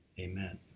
Amen